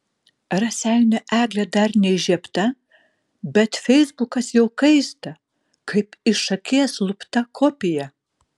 raseinių eglė dar neįžiebta bet feisbukas jau kaista kaip iš akies lupta kopija